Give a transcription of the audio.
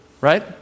Right